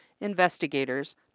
investigators